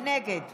נגד